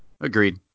Agreed